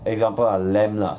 example ah lamp lah